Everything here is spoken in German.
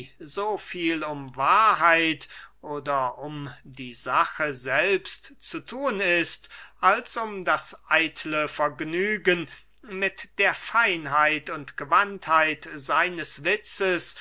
so viel um wahrheit oder um die sache selbst zu thun ist als um das eitle vergnügen mit der feinheit und gewandtheit seines witzes